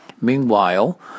Meanwhile